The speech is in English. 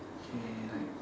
K like